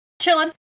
chilling